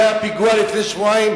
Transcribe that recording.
המקום שהיה בו פיגוע לפני שבועיים,